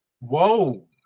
Whoa